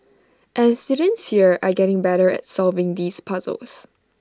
and students here are getting better at solving these puzzles